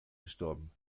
gestorben